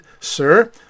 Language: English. Sir